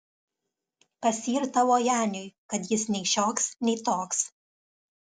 kas yr tavo janiui kad jis nei šioks nei toks